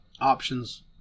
options